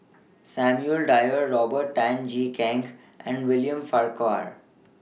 Samuel Dyer Robert Tan Jee Keng and William Farquhar